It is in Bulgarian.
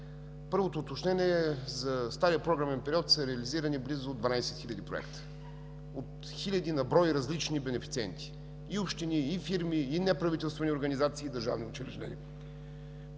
Първото уточнение. За стария програмен период са реализирани близо 12 хиляди проекта от хиляди на брой различни бенефициенти – и общини, и фирми, и неправителствени организации и държавни учреждения.